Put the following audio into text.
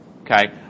okay